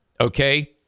Okay